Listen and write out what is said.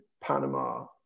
Panama